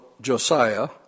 Josiah